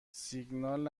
سیگنال